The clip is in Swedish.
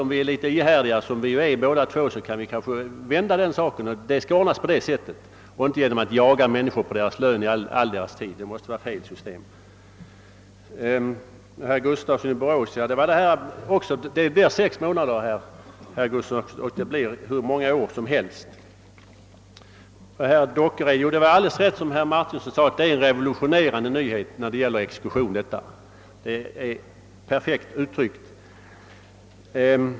Om vi är litet ihärdiga — vilket ju både fru Kristensson och jag är — kanske vi kommer att kunna vända de siffrorna, så att frågorna löses på det sättet och inte genom att de skadeståndsskyldiga jagas i all sin tid för att vi skall kunna ta ut beloppen av deras lön. Det måste vara ett felaktigt system. Jag vill understryka för herr Dockered, att herr Martinsson hade alldeles rätt när han sade att propositionens förslag innebär »en revolutionerande nyhet» i fråga om exekution — det var perfekt uttryckt.